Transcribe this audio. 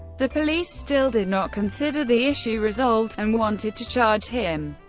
the police still did not consider the issue resolved, and wanted to charge him.